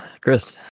Chris